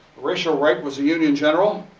horatio wright was a union general,